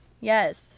Yes